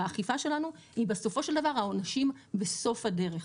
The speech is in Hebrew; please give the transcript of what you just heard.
באכיפה שלנו הוא בסופו של דבר העונשים בסוף הדרך.